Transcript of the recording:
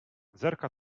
zerka